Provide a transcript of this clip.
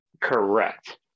Correct